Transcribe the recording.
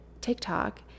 TikTok